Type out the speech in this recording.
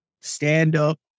stand-up